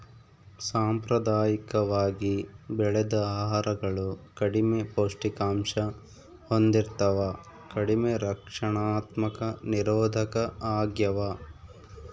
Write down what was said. ಸಾಂಪ್ರದಾಯಿಕವಾಗಿ ಬೆಳೆದ ಆಹಾರಗಳು ಕಡಿಮೆ ಪೌಷ್ಟಿಕಾಂಶ ಹೊಂದಿರ್ತವ ಕಡಿಮೆ ರಕ್ಷಣಾತ್ಮಕ ನಿರೋಧಕ ಆಗ್ಯವ